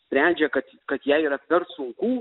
sprendžia kad kad jai yra per sunku